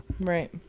Right